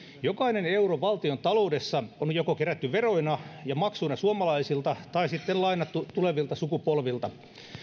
jokainen euro valtiontaloudessa on joko kerätty veroina ja maksuina suomalaisilta tai sitten lainattu tulevilta sukupolvilta